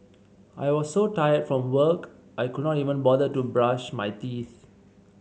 I was so tired from work I could not even bother to brush my teeth